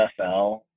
NFL